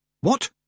What